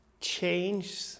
change